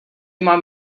mám